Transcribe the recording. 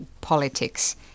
politics